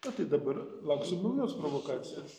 na tai dabar lauksim naujos provokacijos